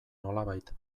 nolabait